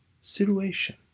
situation